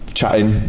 chatting